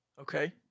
Okay